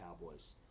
Cowboys